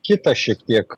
kitą šiek tiek